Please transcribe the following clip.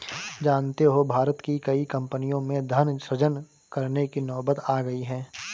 जानते हो भारत की कई कम्पनियों में धन सृजन करने की नौबत आ गई है